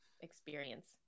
experience